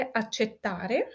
accettare